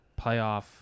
playoff